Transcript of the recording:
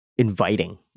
Inviting